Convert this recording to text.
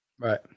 Right